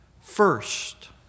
First